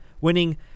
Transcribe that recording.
winning